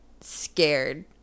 scared